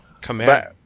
Command